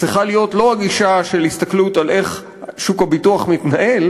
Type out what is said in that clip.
צריכה להיות לא הגישה של הסתכלות על איך שוק הביטוח מתנהל,